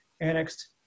annexed